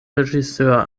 regisseur